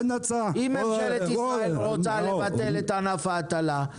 אם ממשלת ישראל רוצה לבטל את ענף ההטלה,